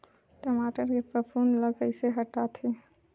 टमाटर के फफूंद ल कइसे हटाथे?